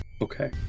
okay